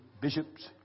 bishops